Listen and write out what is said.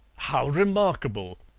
how remarkable!